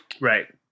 right